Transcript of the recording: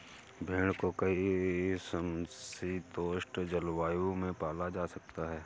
भेड़ को कई समशीतोष्ण जलवायु में पाला जा सकता है